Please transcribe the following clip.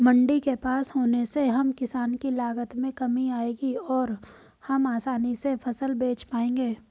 मंडी के पास होने से हम किसान की लागत में कमी आएगी और हम आसानी से फसल बेच पाएंगे